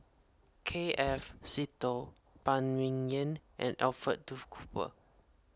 K F Seetoh Phan Ming Yen and Alfred Duff Cooper